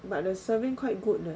but the serving quite good leh